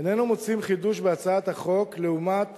איננו מוצאים חידוש בהצעת החוק לעומת